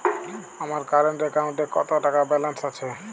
আমার কারেন্ট অ্যাকাউন্টে কত টাকা ব্যালেন্স আছে?